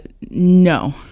No